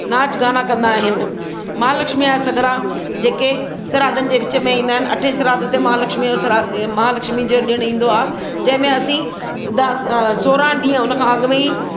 नाच गाना कंदा आहिनि महालक्ष्मीअ जा सॻिड़ा जेके श्राधनि जे विच में ईंदा आहिनि अठें श्राध ते महालक्ष्मीअ जो श्राध इहो महालक्ष्मी जे ॾिणु ईंदो आहे जंहिं में असीं धा सोरहां ॾींहुं उनखां अॻु में ई